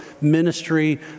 ministry